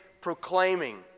proclaiming